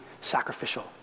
sacrificial